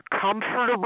comfortable